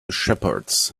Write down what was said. shepherds